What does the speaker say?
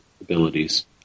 abilities